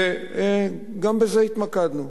וגם בזה התמקדנו,